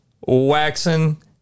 Waxing